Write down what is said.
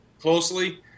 closely